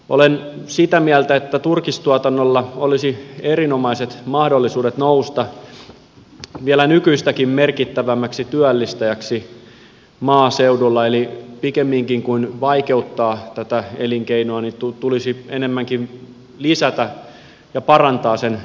olen sitä mieltä että turkistuotannolla olisi erinomaiset mahdollisuudet nousta vielä nykyistäkin merkittävämmäksi työllistäjäksi maaseudulla eli pikemminkin kuin vaikeuttaa tätä elinkeinoa tulisi enemmänkin lisätä ja parantaa sen mahdollisuuksia